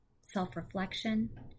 self-reflection